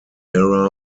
era